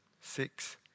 Six